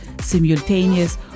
simultaneous